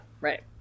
right